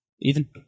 Ethan